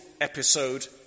episode